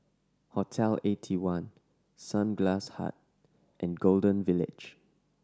Hotel Eighty one Sunglass Hut and Golden Village